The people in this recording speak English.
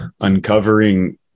uncovering